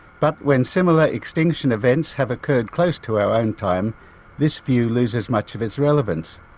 but when similar extinction events have occurred close to our own time this view loses much of its relevance.